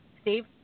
Steve